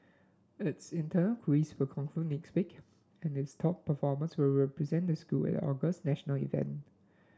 its internal quiz will conclude next week and its top performers will represent the school at August's national event